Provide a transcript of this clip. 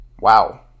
Wow